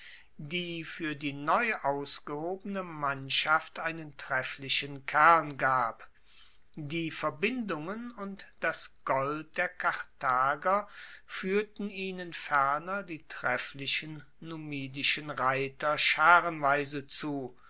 die fuer die neuausgehobene mannschaft einen trefflichen kern abgab die verbindungen und das gold der karthager fuehrten ihnen ferner die trefflichen numidischen reiter scharenweise zu